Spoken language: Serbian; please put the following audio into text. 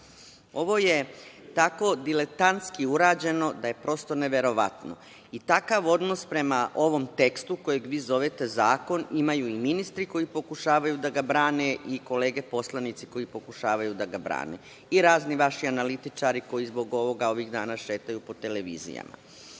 Ovo je tako diletantski urađeno da je prosto neverovatno. Takav odnos prema ovo tekstu, koji vi zovete zakon, imaju i ministri koji pokušavaju da ga brane i kolege poslanici koji pokušavaju da ga brane i razni vaši analitičari koji zbog ovoga ovih dana šetaju po televizijama. Ovo